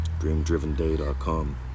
dreamdrivenday.com